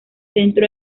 centro